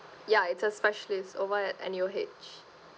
yeah it's a specialist over at N_U_H